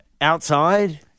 outside